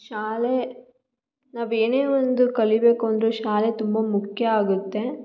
ಶಾಲೆ ನಾವೇನೇ ಒಂದು ಕಲಿಯಬೇಕು ಅಂದರೂ ಶಾಲೆ ತುಂಬ ಮುಖ್ಯ ಆಗುತ್ತೆ